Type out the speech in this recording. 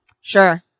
Sure